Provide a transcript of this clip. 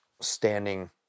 standing